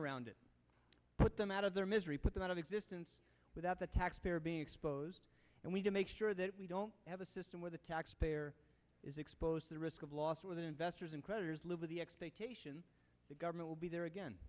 around it put them out of their misery put them out of existence without the taxpayer being exposed and we to make sure that we don't have a system where the taxpayer is exposed the risk of loss with investors and creditors live with the expectation the government will be there again